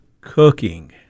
cooking